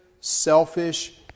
selfish